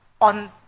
on